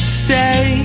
stay